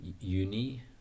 uni